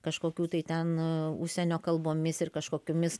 kažkokių tai ten užsienio kalbomis ir kažkokiomis